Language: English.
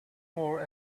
more